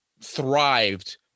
thrived